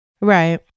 right